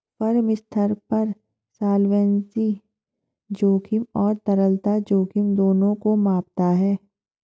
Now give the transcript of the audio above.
firm स्तर पर solvency जोखिम और तरलता जोखिम दोनों को मापता है